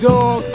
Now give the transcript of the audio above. Dog